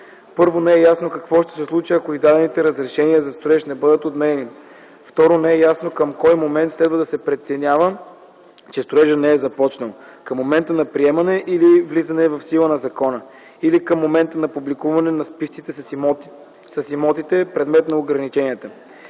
Първо, не е ясно какво ще се случи, ако издадените разрушения за строеж не бъдат отменени. Второ, не е ясно към кой момент следва да се преценява, че строежът не е започнал – към момента на приемане или на влизане в сила на закона, или към момента на публикуване на списъците с имотите, предмет на ограниченията.